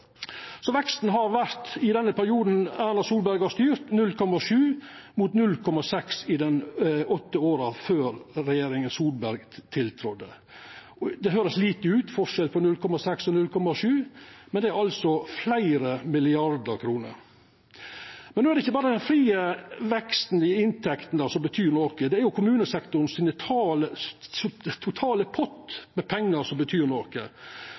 Veksten i perioden Erna Solberg har styrt, har vore 0,7 pst., mot 0,6 pst. i dei åtte åra før Solberg-regjeringa tiltredde. Det høyrest lite ut, skilnaden på 0,6 og 0,7, men det er altså fleire milliardar kroner. No er det ikkje berre veksten i frie inntekter som betyr noko. Det er kommunesektoren sin totale pott med pengar som betyr noko,